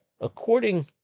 According